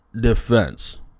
defense